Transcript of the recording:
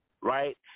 right